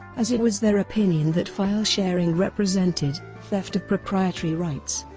as it was their opinion that file sharing represented theft of proprietary rights.